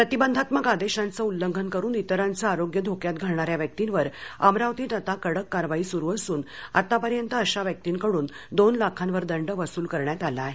प्रतिबंधात्मक आदेशाचे उल्लंघन करून इतरांचे आरोग्य धोक्यात घालणाऱ्या व्यक्तींवर अमरावतीत आता कडक कारवाई सुरू असून आतापर्यंत अशा व्यक्तींकडून दोन लाखांवर दंड वसूल करण्यात आला आहे